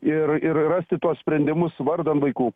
ir ir rasti tuos sprendimus vardan vaikų